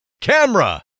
Camera